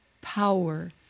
power